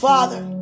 Father